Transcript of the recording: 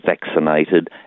vaccinated